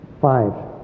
Five